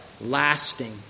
lasting